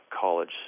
college